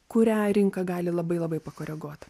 kurią rinka gali labai labai pakoreguoti